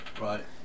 right